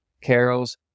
carols